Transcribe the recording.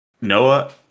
Noah